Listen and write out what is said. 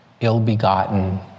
ill-begotten